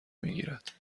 میگیرد